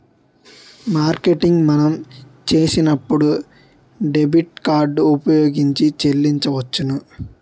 marketing మనం చేసినప్పుడు debit card ఉపయోగించి చెల్లించవచ్చును